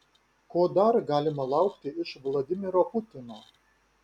ko dar galima laukti iš vladimiro putino